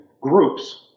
groups